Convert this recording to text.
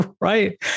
Right